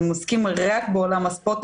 הם עוסקים רק בעולם הספורט.